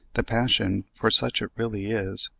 the passion, for such it really is,